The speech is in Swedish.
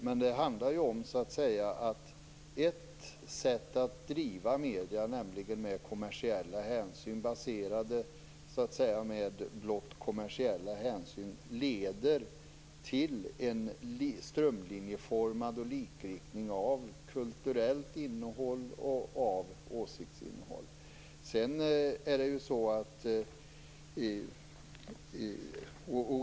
Men det handlar ju om att ett sätt att driva medier, nämligen kommersiellt baserat på blott kommersiella hänsyn, leder till en strömlinjeformning och likriktning av kulturellt innehåll och av åsiktsinnehåll.